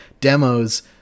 Demos